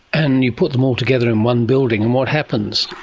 and you put them all together in one building, and what happens?